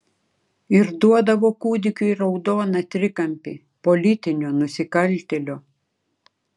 ir duodavo kūdikiui raudoną trikampį politinio nusikaltėlio